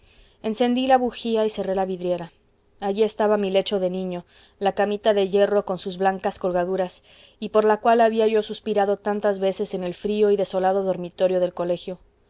encendí la bujía y cerré la vidriera allí estaba mi lecho de niño la camita de hierro con sus blancas colgaduras y por la cual había yo suspirado tantas veces en el frío y desolado dormitorio del colegio